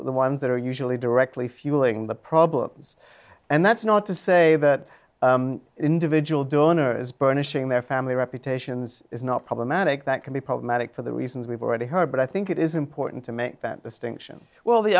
the ones that are usually directly fueling the problems and that's not to say that individual donors burnishing their family reputation's is not problematic that can be problematic for the reasons we've already heard but i think it is important to make that distinction well the